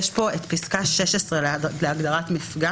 דבר שני, יש פה את פסקה 16 להגדרת מפגע.